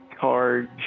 charge